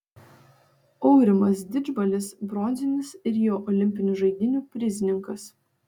aurimas didžbalis bronzinis rio olimpinių žaidynių prizininkas